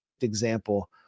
example